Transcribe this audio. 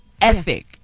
ethic